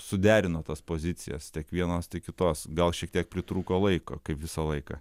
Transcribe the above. suderino tas pozicijas tik vienos kitos gal šiek tiek pritrūko laiko kaip visą laiką